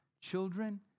children